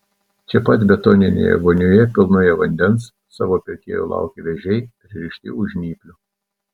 čia pat betoninėje vonioje pilnoje vandens savo pirkėjo laukia vėžiai pririšti už žnyplių